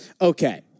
Okay